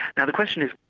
now the question is,